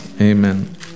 Amen